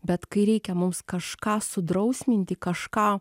bet kai reikia mums kažką sudrausminti kažką